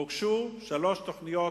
הוגשו שלוש תוכניות